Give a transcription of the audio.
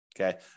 okay